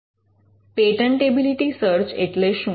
patentability search એટલે શું